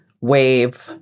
wave